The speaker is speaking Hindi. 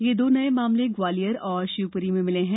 ये दो नये मामले ग्वालियर और शिवपुरी में मिले हैं